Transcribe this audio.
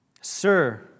Sir